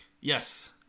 Yes